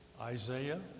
Isaiah